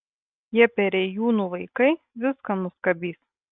tie perėjūnų vaikai viską nuskabys